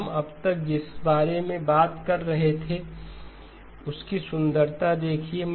हम अब तक जिस बारे में बात कर रहे हैं थे उसकी सुंदरता देखिये